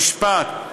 המשפט,